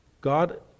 God